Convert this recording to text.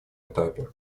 этапе